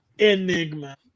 Enigma